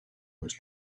was